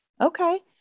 Okay